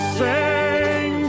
sing